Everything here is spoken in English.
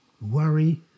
Worry